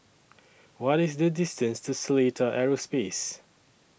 What IS The distance to Seletar Aerospace